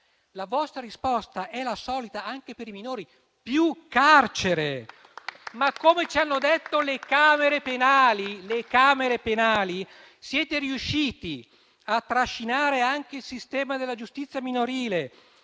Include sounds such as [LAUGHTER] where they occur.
La vostra risposta è la solita anche per i minori: più carcere. [APPLAUSE] Come ci hanno detto le camere penali, siete riusciti a trascinare anche il sistema della giustizia minorile,